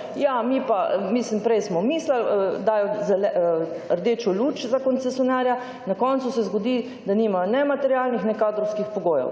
in rečejo »Ja, prej smo mislili,« dajo rdečo luč za koncesionarja, na koncu se zgodi, da nimajo ne materialnih ne kadrovskih pogojev.